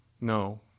no